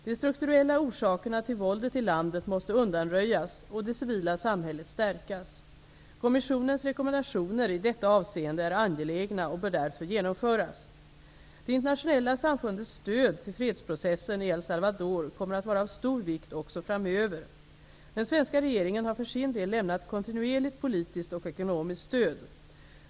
De strukturella orsakerna till våldet i landet måste undanröjas och det civila samhället stärkas. Kommissionens rekommendationer i detta avseende är angelägna och bör därför genomföras. Det internationella samfundets stöd till fredsprocessen i El Salvador kommer att vara av stor vikt också framöver. Den svenska regeringen har för sin del lämnat kontinuerligt politiskt och ekonomiskt stöd.